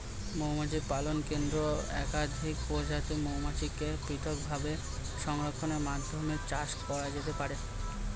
মৌমাছি পালন কেন্দ্রে একাধিক প্রজাতির মৌমাছিকে পৃথকভাবে সংরক্ষণের মাধ্যমে চাষ করা যেতে পারে